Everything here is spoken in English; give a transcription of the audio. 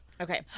Okay